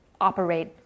operate